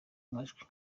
majwi